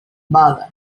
male